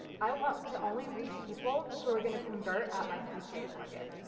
i want to only reach people who are going to convert at my cpa target.